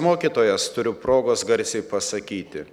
mokytojas turiu progos garsiai pasakyti